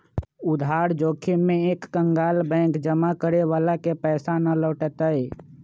उधार जोखिम में एक कंकगाल बैंक जमा करे वाला के पैसा ना लौटय तय